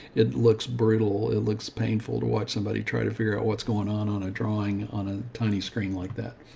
it looks brutal. it looks painful to watch somebody try to figure out what's going on, on a drawing on a tiny screen like that.